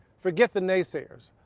forget the naysayers.